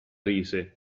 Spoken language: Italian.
rise